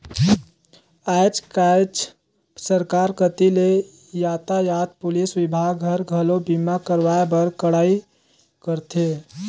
आयज कायज सरकार कति ले यातयात पुलिस विभाग हर, घलो बीमा करवाए बर कड़ाई करथे